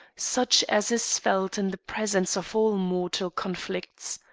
such as is felt in the presence of all mortal conflicts.